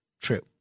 true